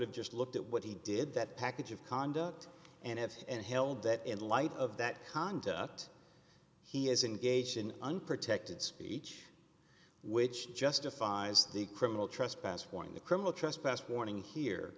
have just looked at what he did that package of conduct and have and held that in light of that conduct he has engaged in unprotected speech which justifies the criminal trespass warning the criminal trespass warning here